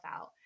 out